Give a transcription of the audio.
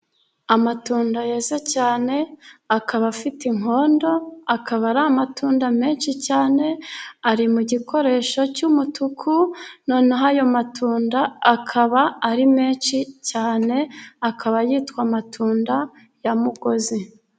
Amatunda yeze cyane, akaba afite inkondo, akaba ari amatunda menshi cyane, ari mu gikoresho cy'umutuku, noneho ayo matunda akaba ari menshi cyane, akaba yitwa amatunda ya mugozi.